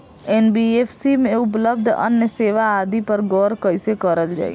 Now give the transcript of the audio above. NBFC में उपलब्ध अन्य सेवा आदि पर गौर कइसे करल जाइ?